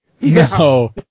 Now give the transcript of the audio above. No